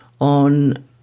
on